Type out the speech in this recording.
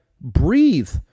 breathe